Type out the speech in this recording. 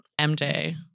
MJ